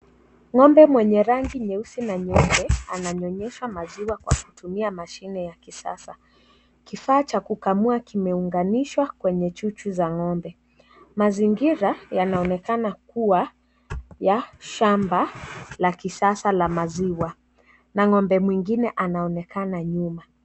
Ng'ombe mwenye rangi nyeusi nayeupe ananyonyesha maziwa kwa kutumia mashine ya kisasa. Kifaa cha kukamua kimeunganishwa kwenye chuchu za ng'ombe. Mazingira yanaonekana kuwa ya shamba la kisasa la maziwa na ng'ombe mwengine anaonekana nyuma.